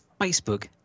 Facebook